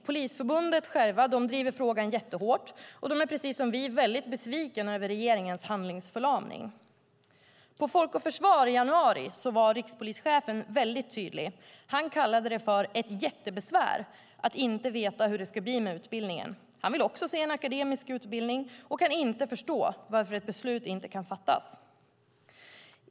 Polisförbundet driver själva frågan jättehårt, och de är precis som vi väldigt besvikna över regeringens handlingsförlamning. På Folk och Försvar i januari var rikspolischefen väldigt tydlig - han kallade det ett jättebesvär att inte veta hur det ska bli med utbildningen. Han vill också se en akademisk utbildning och kan inte förstå varför ett beslut inte kan fattas.